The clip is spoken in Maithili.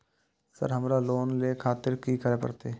सर हमरो लोन ले खातिर की करें परतें?